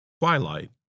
twilight